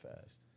fast